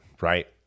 right